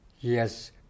Yes